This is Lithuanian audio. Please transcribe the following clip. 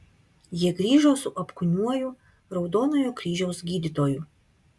jie grįžo su apkūniuoju raudonojo kryžiaus gydytoju